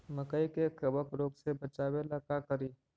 मकई के कबक रोग से बचाबे ला का करि?